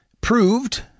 proved